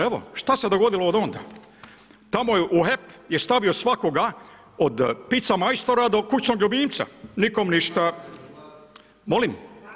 Evo šta se dogodilo od onda, tamo u HEP je stavio svakoga od pizza majstora do kućnog ljubimca, nikom ništa. … [[Upadica se ne razumije.]] Molim?